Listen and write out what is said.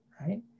right